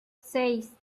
seis